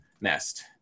Nest